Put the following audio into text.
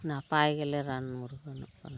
ᱱᱟᱯᱟᱭ ᱜᱮᱞᱮ ᱨᱟᱱ ᱢᱩᱨᱜᱟᱹᱱᱚᱜ ᱠᱟᱱᱟ